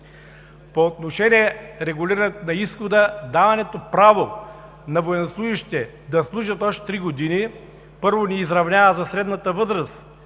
По отношение регулирането на изхода, даването право на военнослужещите да служат още три години, първо, ни изравнява за средната възраст